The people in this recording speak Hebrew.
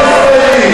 לא הצביע לנתניהו,